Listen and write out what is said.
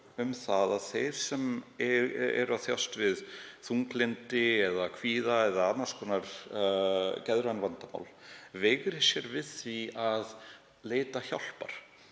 menning að þeir sem eru að kljást við þunglyndi eða kvíða eða annars konar geðræn vandamál veigri sér við að leita hjálpar